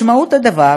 משמעות הדבר